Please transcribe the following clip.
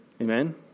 Amen